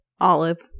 Olive